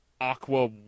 aqua